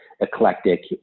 eclectic